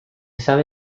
sabe